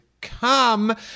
come